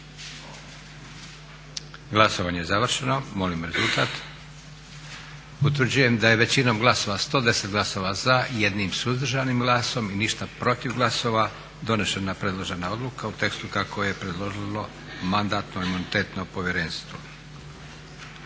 Glasovanje je završeno. Molim rezultat. Utvrđujem da je većinom glasova, 110 glasova za i 1 suzdržanim glasom, ništa protiv glasova donesena predložena odluka u tekstu kako je predložilo Mandatno-imunitetno povjerenstvo.